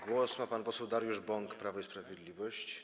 Głos ma pan poseł Dariusz Bąk, Prawo i Sprawiedliwość.